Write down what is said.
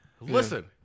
Listen